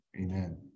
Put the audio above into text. Amen